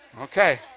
Okay